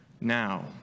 now